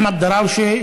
אחמד דראושה,